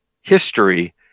history